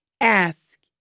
Ask